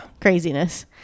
craziness